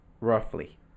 roughly